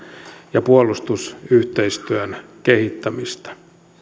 ja puolustusyhteistyön kehittämistä